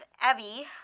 Abby